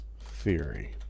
theory